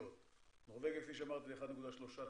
בנורבגיה, כפי שאמרתי, זה 1.3 טריליון.